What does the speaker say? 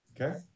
Okay